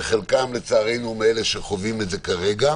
וחלקם לצערנו שחווים את זה כרגע.